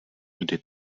kdy